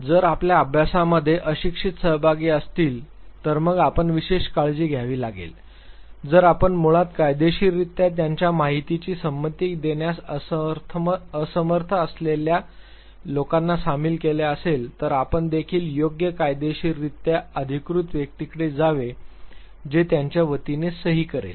जर आपल्या अभ्यासामध्ये अशिक्षित सहभागी असतील तर मग आपण विशेष काळजी घ्यावी लागेल जर आपण मुळात कायदेशीररित्या त्यांच्या माहितीची संमती देण्यास असमर्थ असलेल्या लोकांना सामील केले असेल तर आपण देखील योग्य कायदेशीररित्या अधिकृत व्यक्तीकडे जावे जे त्यांच्या वतीने सही करेल